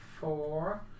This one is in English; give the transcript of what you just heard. four